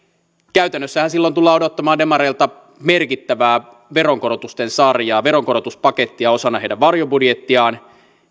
käytännössähän silloin tullaan odottamaan demareilta merkittävää veronkorotusten sarjaa veronkorotuspakettia osana heidän varjobudjettiaan ja